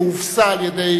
שהובסה על-ידי